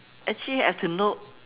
actually I have to know